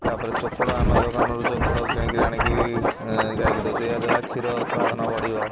ତାପରେ ଚୋକଡ଼ ଆମେ ଦୋକାନରୁ ଚୋକଡ଼ କିଣିକି ଆଣିକି ଗାଇକି ଦେଉଛୁ ଏହାଦ୍ଵାରା କ୍ଷୀର ଉତ୍ପାଦନ ବଢ଼ିବ